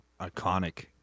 Iconic